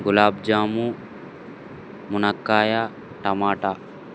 గులాబ్జాము ములక్కాయ టొమాటో